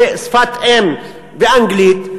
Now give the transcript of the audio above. שפת אם ואנגלית,